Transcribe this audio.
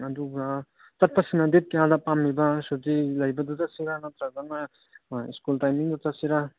ꯑꯗꯨꯒ ꯆꯠꯄꯁꯤꯅ ꯗꯦꯠ ꯀꯌꯥꯗ ꯄꯥꯝꯃꯤꯕ ꯁꯨꯇꯤ ꯂꯩꯕꯗꯨꯗ ꯆꯠꯁꯤꯔꯥ ꯅꯠꯇ꯭ꯔꯒꯅ ꯁ꯭ꯀꯨꯜ ꯇꯥꯏꯃꯤꯡꯗ ꯆꯠꯁꯤꯔꯥ